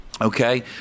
Okay